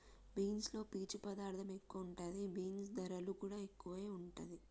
beans లో పీచు పదార్ధం ఎక్కువ ఉంటది, బీన్స్ ధరలు కూడా ఎక్కువే వుంటుంది